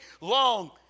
long